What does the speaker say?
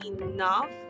enough